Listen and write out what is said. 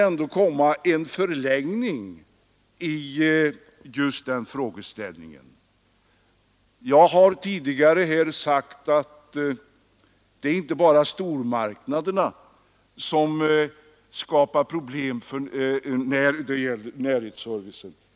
Frågeställningen måste vidgas. Jag har tidigare sagt att det inte bara är stormarknaderna som skapar problem då det gäller närservicen.